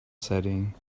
setting